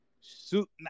suit